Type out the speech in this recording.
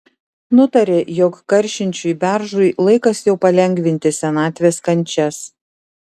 nutarė jog karšinčiui beržui laikas jau palengvinti senatvės kančias